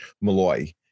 Malloy